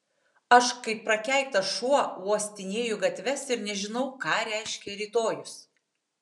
aš kaip prakeiktas šuo uostinėju gatves ir nežinau ką reiškia rytojus